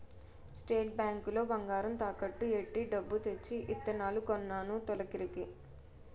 state bank లో బంగారం తాకట్టు ఎట్టి డబ్బు తెచ్చి ఇత్తనాలు కొన్నాను తొలకరికి